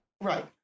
Right